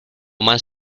más